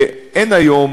שאין היום